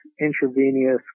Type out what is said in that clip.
intravenous